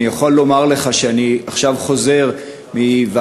אני יכול לומר לך שאני עכשיו חוזר מישיבה של